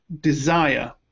desire